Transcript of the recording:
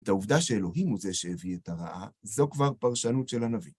את העובדה שאלוהים הוא זה שהביא את הרעה, זו כבר פרשנות של הנביא.